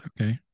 Okay